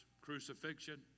crucifixion